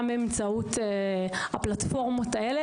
גם באמצעות הפלטפורמות האלה,